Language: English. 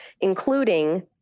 including